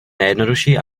nejjednoduší